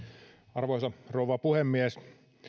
arvoisa rouva puhemies